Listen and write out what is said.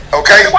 okay